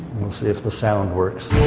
we'll see if the sound works.